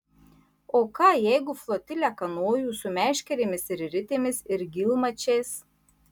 o ką jeigu flotilę kanojų su meškerėmis ir ritėmis ir gylmačiais